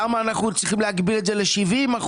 למה אנחנו צריכים להגביל את זה ל-70%?